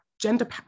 gender